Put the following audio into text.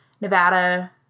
Nevada